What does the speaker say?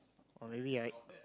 or maybe I